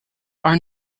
are